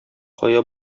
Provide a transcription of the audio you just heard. кая